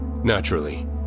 Naturally